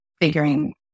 figuring